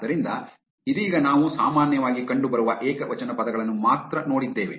ಆದ್ದರಿಂದ ಇದೀಗ ನಾವು ಸಾಮಾನ್ಯವಾಗಿ ಕಂಡುಬರುವ ಏಕವಚನ ಪದಗಳನ್ನು ಮಾತ್ರ ನೋಡಿದ್ದೇವೆ